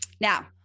Now